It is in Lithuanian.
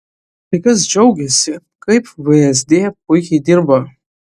kai kas džiaugėsi kaip vsd puikiai dirba